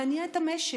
להניע את המשק.